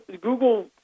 Google